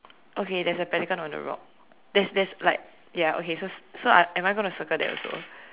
okay there's a pelican on the rock there's there's like ya okay so so I am I gonna circle that also